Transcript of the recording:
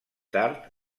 tard